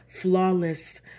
flawless